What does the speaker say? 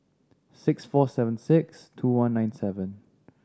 six four seven six two one nine seven